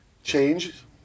Change